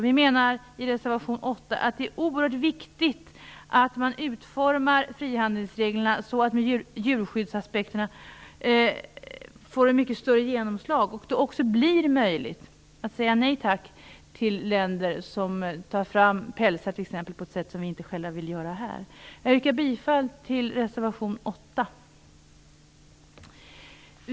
Vi menar i reservation 8 att det är oerhört viktigt att man utformar frihandelsreglerna så att djurskyddsaspekterna får ett mycket större genomslag och så att det också blir möjligt att säga nej tack till länder som t.ex. tar fram pälsar på ett sätt som vi inte själva vill tillämpa här. Jag yrkar bifall till reservation 8.